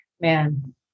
Man